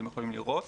אתם יכולים לראות,